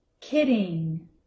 kidding